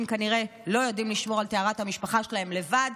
אנשים כנראה לא יודעים לשמור על טהרת המשפחה שלהם לבד,